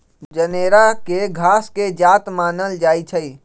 जनेरा के घास के जात मानल जाइ छइ